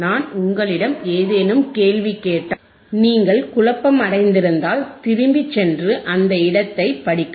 நான் உங்களிடம் ஏதேனும் கேள்வி கேட்டால் நீங்கள் குழப்பமடைந்திருந்தால் திரும்பிச் சென்று அந்த இடத்தை படிக்கவும்